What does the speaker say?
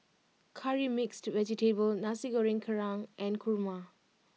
Curry Mixed Vegetable Nasi Goreng Kerang and Kurma